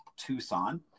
tucson